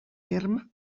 terme